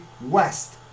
West